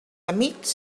amics